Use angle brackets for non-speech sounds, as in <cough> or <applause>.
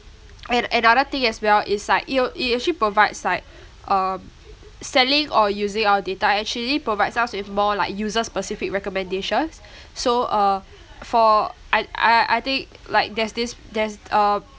and another thing as well is like you know it actually provides like <breath> um selling or using our data actually provides us with more like user-specific recommendations <breath> so uh for I I I think like there's this there's uh